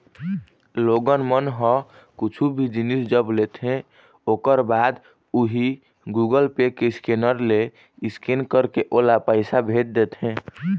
लोगन मन ह कुछु भी जिनिस जब लेथे ओखर बाद उही गुगल पे के स्केनर ले स्केन करके ओला पइसा भेज देथे